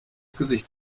gesicht